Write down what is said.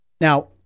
Now